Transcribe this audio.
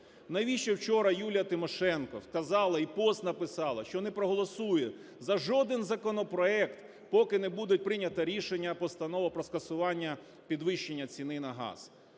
Навіщо вчора Юлія Тимошенко сказала і пост написала, що не проголосує за жоден законопроект, поки не буде прийнято рішення, Постанова про скасування підвищення ціни на газ?